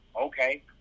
okay